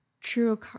true